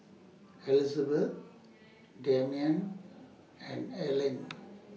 Elizbeth Demian and Earlean